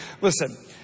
Listen